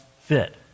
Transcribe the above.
fit